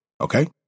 Okay